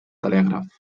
telègraf